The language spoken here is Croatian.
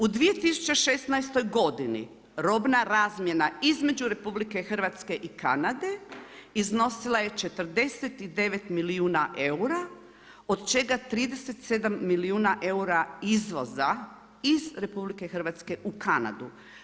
U 2016. godini robna razmjena između RH i Kanade iznosila je 49 milijuna eura, od čega 37 milijuna eura izvoza iz RH u Kanadu.